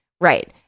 Right